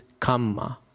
kamma